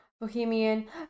bohemian